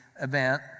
event